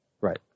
Right